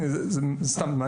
זה לא רק מיקוד בספרי הלימוד.